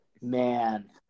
Man